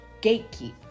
gatekeep